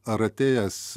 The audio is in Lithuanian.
ar atėjęs